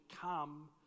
come